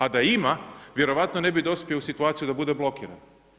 A da ima, vjerojatno ne bi dospio u situaciju da bude blokiran.